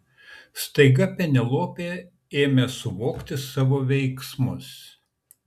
staiga penelopė ėmė suvokti savo veiksmus